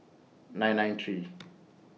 nine nine three